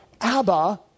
Abba